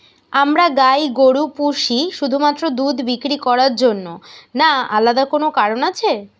আমরা গাই গরু পুষি শুধুমাত্র দুধ বিক্রি করার জন্য না আলাদা কোনো কারণ আছে?